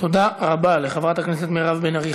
תודה רבה לחברת הכנסת מירב בן ארי.